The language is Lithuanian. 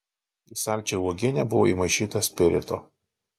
į saldžią uogienę buvo įmaišyta spirito